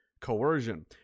coercion